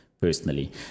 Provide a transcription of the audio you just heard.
Personally